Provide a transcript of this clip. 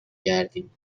گردیم